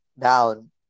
down